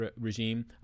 regime